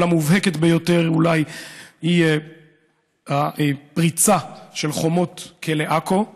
אבל המובהקת ביותר היא אולי הפריצה של חומות כלא עכו.